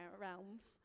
realms